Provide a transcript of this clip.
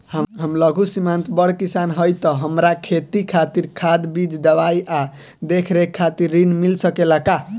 हम लघु सिमांत बड़ किसान हईं त हमरा खेती खातिर खाद बीज दवाई आ देखरेख खातिर ऋण मिल सकेला का?